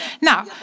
Now